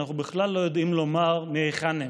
אנחנו בכלל לא יודעים לומר מהיכן הן.